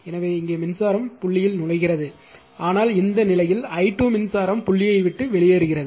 எனவே இங்கே மின்சாரம் புள்ளியில் நுழைகிறது ஆனால் இந்த நிலையில் i2 மின்சாரம் புள்ளியை விட்டு வெளியேறுகிறது